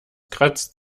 kratzt